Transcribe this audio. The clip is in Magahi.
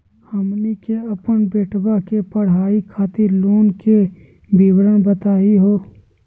हमनी के अपन बेटवा के पढाई खातीर लोन के विवरण बताही हो?